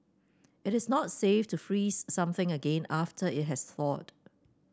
it is not safe to freeze something again after it has thawed